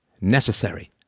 necessary